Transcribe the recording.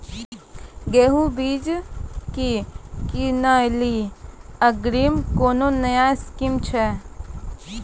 गेहूँ बीज की किनैली अग्रिम कोनो नया स्कीम छ?